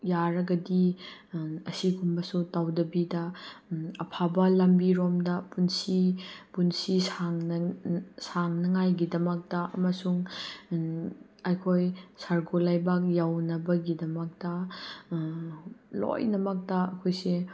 ꯌꯥꯔꯒꯗꯤ ꯑꯁꯤꯒꯨꯝꯕꯁꯨ ꯇꯧꯗꯕꯤꯗ ꯑꯐꯕ ꯂꯝꯕꯤꯔꯣꯝꯗ ꯄꯨꯟꯁꯤ ꯄꯨꯟꯁꯤ ꯁꯥꯡꯅ ꯁꯥꯡꯅꯉꯥꯏꯒꯤꯗꯃꯛꯇ ꯑꯃꯁꯨꯡ ꯑꯩꯈꯣꯏ ꯁꯔꯒ ꯂꯩꯕꯥꯛ ꯌꯧꯅꯕꯒꯤꯗꯃꯛꯇ ꯂꯣꯏꯅꯃꯛꯇ ꯑꯩꯈꯣꯏꯁꯦ